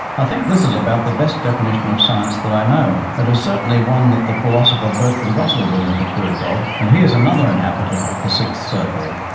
i think that this is about the best definition of science that i know. it is certainly one that the philosopher bertrand russell would have approved of, and he is another inhabitant of the sixth circle.